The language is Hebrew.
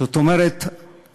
זאת אומרת,